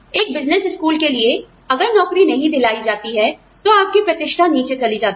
एक business school के लिए अगर नौकरी नहीं दिलाई जाती है तो आपकी प्रतिष्ठा नीचे चली जाती है